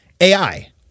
AI